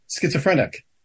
schizophrenic